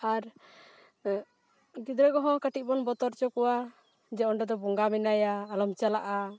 ᱟᱨ ᱜᱤᱫᱽᱨᱟᱹ ᱠᱚᱦᱚᱸ ᱠᱟᱹᱴᱤᱡ ᱵᱚᱱ ᱵᱚᱛᱚᱨ ᱦᱚᱪᱚ ᱠᱚᱣᱟ ᱡᱮ ᱚᱸᱰᱮ ᱫᱚ ᱵᱚᱸᱜᱟ ᱢᱮᱱᱟᱭᱟ ᱟᱞᱚᱢ ᱪᱟᱞᱟᱜᱼᱟ